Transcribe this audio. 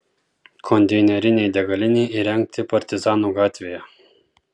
konteinerinei degalinei įrengti partizanų gatvėje